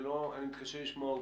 אני מתקשה לשמוע עובדות.